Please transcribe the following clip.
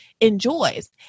enjoys